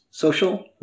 Social